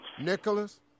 Nicholas